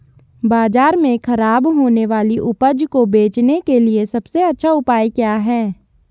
बाजार में खराब होने वाली उपज को बेचने के लिए सबसे अच्छा उपाय क्या हैं?